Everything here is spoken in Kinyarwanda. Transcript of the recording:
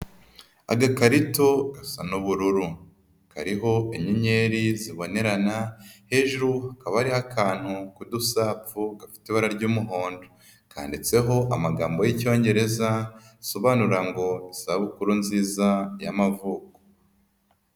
Agakarito gasa n'ubururu, kariho inyenyeri zibonerana, hejuru hakaba hariho akantu k'udusapfu gafite ibara ry'umuhondo, kanditseho amagambo y'icyongereza, asobanura ngo isabukuru nziza y'amavuko.